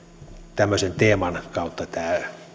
tämmöisen teeman kautta tämä